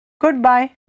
Goodbye